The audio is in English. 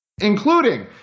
including